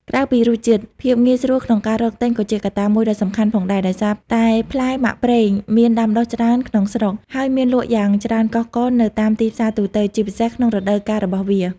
ក្រៅពីរសជាតិ ភាពងាយស្រួលក្នុងការរកទិញក៏ជាកត្តាមួយដ៏សំខាន់ផងដែរ ដោយសារតែផ្លែមាក់ប្រេងមានដាំដុះច្រើនក្នុងស្រុក ហើយមានលក់យ៉ាងច្រើនកុះករនៅតាមទីផ្សារទូទៅ ជាពិសេសក្នុងរដូវកាលរបស់វា។